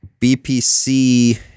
BPC